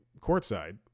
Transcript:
courtside